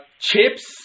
chips